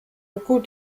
gut